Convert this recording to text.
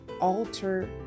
alter